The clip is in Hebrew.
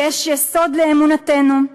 יש יסוד לאמונתנו,